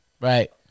Right